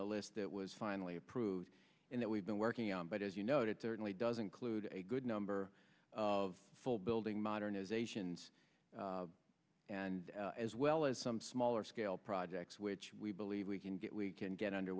the list that was finally approved and that we've been working on but as you noted certainly doesn't clued a good number of full building modernizations and as well as some smaller scale projects which we believe we can get we can get under